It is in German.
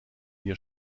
wir